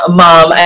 mom